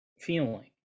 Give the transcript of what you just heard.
feeling